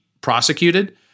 prosecuted